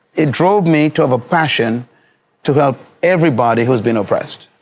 it drove me to have a passion to help everybody whose been oppressed.